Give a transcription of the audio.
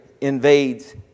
invades